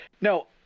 No